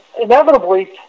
inevitably